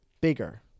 bigger